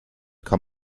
kann